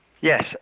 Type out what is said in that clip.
Yes